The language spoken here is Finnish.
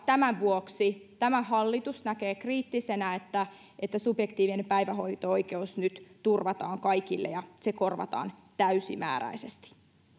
tämän vuoksi tämä hallitus näkee kriittisenä että että subjektiivinen päivähoito oikeus nyt turvataan kaikille ja se korvataan täysimääräisesti